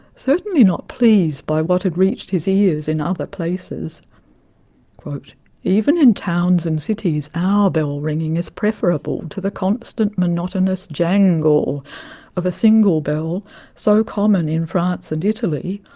certainly not pleased by what had reached his ears in other places even in towns and cities our bell ringing is preferable to the constant monotonous jangle of a single bell so common in france and italy,